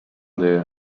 there